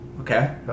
Okay